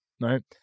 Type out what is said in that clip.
right